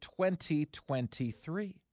2023